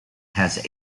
has